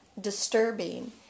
disturbing